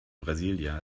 brasília